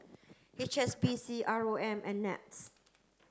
H S B C R O M and NETS